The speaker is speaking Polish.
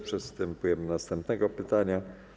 Przystępujemy do następnego pytania.